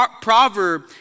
proverb